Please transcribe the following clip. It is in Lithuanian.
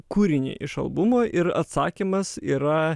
kūrinį iš albumo ir atsakymas yra